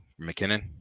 McKinnon